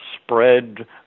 spread